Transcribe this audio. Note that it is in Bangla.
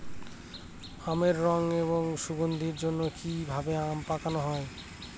আমের রং এবং সুগন্ধির জন্য কি ভাবে আম পাকানো হয়?